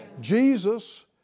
Jesus